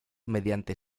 mediante